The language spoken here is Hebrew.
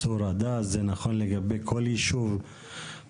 זה נכון לגבי צור הדסה, ולגבי כל יישוב במדינה.